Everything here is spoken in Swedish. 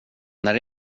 när